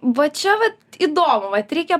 va čia vat įdomu vat reikia